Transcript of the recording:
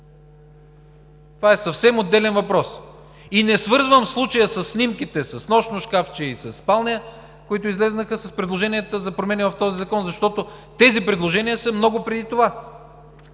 Това е съвсем отделен въпрос! И не свързвам случая със снимките с нощното шкафче и със спалнята, които излязоха с предложенията за промени в този закон, защото тези предложения са много отпреди това.